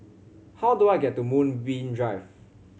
how do I get to Moonbeam Drive